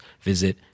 visit